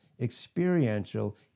experiential